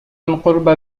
قرب